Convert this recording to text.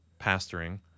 pastoring